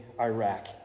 Iraq